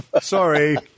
sorry